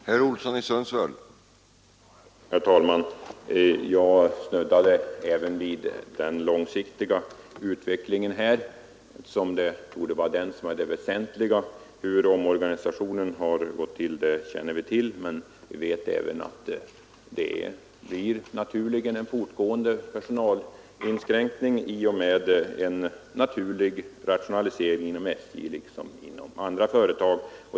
Herr talman! Jag snuddade även vid den långsiktiga utvecklingen, eftersom den torde vara det väsentliga. Vi känner till hur omorganisationen gått till, men vi vet också att det blir en fortgående personalinskränkning i och med en naturlig rationalisering inom SJ liksom inom andra företag.